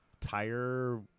tire